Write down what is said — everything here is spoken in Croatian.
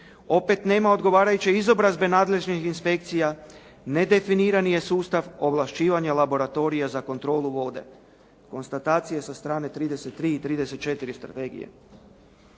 Opet nema odgovarajuće izobrazbe nadležnih inspekcija, nedefinirani je sustav ovlašćivanja laboratorija za kontrolu vode. Konstatacije sa strane 33. i 34. strategije.